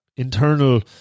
internal